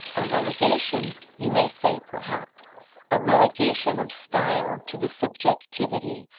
a relegation, you may say perhaps a relegation of style to the subjectivity,